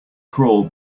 crawl